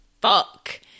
fuck